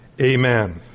amen